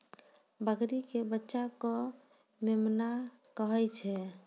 बकरी के बच्चा कॅ मेमना कहै छै